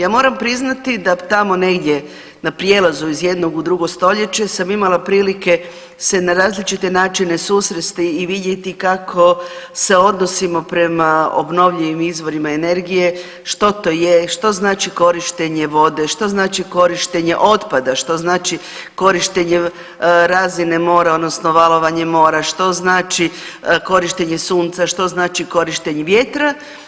Ja moram priznati da tamo negdje na prijelazu iz jednog u drugo stoljeće sam imala prilike se na različite načine susresti i vidjeti kako se odnosimo prema obnovljivim izvorima energije, što to je, što znači korištenje vode, što znači korištenje otpada, što znači korištenje razine mora, odnosno valovanje mora, što znači korištenje sunca, što znači korištenje vjetra.